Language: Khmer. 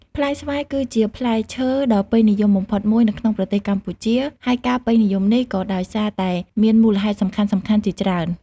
ផ្លែស្វាយគឺជាផ្លែឈើដ៏ពេញនិយមបំផុតមួយនៅក្នុងប្រទេសកម្ពុជា ហើយការពេញនិយមនេះក៏ដោយសារតែមានមូលហេតុសំខាន់ៗជាច្រើន។